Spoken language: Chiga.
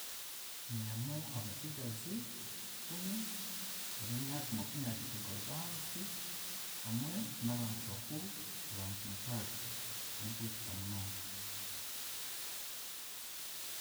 Nyinemu abasigazi, ikumi ab'emyaka makumyashatu kugaruza ahansi, hamwe n'abantu bakuru, abantu mukaaga, abu nkwesiga munonga.